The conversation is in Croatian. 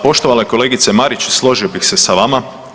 Poštovana kolegice Marić, složio bih se sa vama.